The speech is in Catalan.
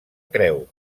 creu